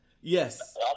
Yes